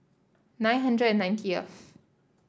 nine hundred and ninetieth